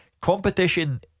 competition